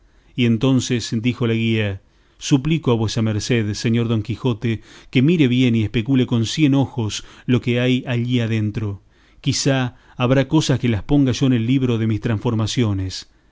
y entonces dijo la guía suplico a vuesa merced señor don quijote que mire bien y especule con cien ojos lo que hay allá dentro quizá habrá cosas que las ponga yo en el libro de mis transformaciones